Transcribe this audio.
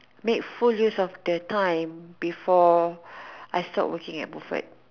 make full use of the time before I stop working at Wilford